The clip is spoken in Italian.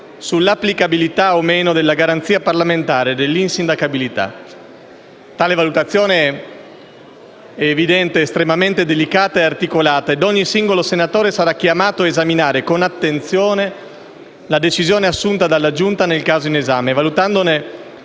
sull'applicabilità o meno della garanzia parlamentare dell'insindacabilità. Tale valutazione, come è evidente, è estremamente delicata e articolata e ogni singolo senatore sarà chiamato ad esaminare con attenzione la decisione assunta dalla Giunta nel caso in esame, valutandone